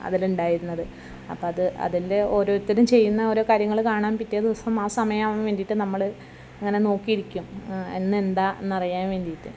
അതിൽ ഉണ്ടായിരുന്നത് അപ്പോൾ അത് അതിൻ്റെ ഓരോത്തരും ചെയ്യുന്ന ഓരോ കാര്യങ്ങൾ കാണാം പിറ്റേ ദിവസം ആ സമയം ആവാൻ വേണ്ടിട്ടു നമ്മൾ ഇങ്ങനെ നോക്കി ഇരിക്കും ഇന്നെന്താണ് എന്ന് അറിയാൻ വേണ്ടിയിട്ട്